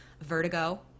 Vertigo